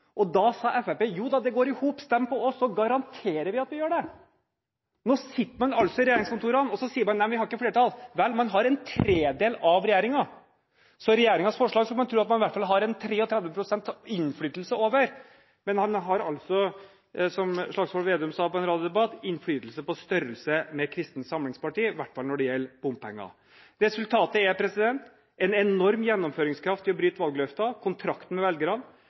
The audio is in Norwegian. hop. Da sa Fremskrittspartiet: Jo da, det går i hop – stem på oss, så garanterer vi at det gjør det. Nå sitter man altså i regjeringskontorene og sier at man ikke har flertall. Man har en tredel av regjeringen, så man skulle tro at man i hvert fall hadde 33 pst. innflytelse over regjeringens forslag. Men man har altså, som Slagsvold Vedum sa i en radiodebatt, innflytelse på størrelse med Kristent Samlingsparti – i hvert fall når det gjelder bompenger. Resultatet er en enorm gjennomføringskraft i å bryte valgløfter og kontrakten med velgerne,